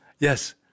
Yes